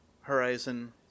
Horizon